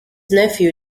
nephew